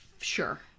Sure